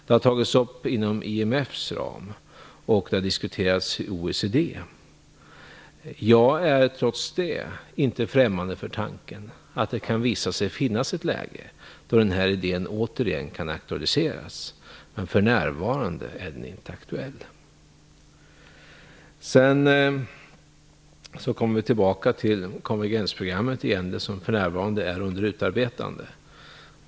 Det har tagits upp inom ramen för IMF, och det har diskuterats av OECD. Jag är trots det inte främmande för tanken att det kan visa sig finnas ett läge då den här idén återigen kan aktualiseras. Men för närvarande är den inte aktuell. Tillbaka till konvergensprogrammet som för närvarande är under utarbetande.